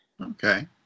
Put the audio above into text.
Okay